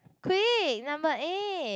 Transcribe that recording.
quick number eight